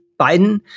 Biden